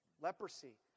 leprosy